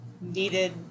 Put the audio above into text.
needed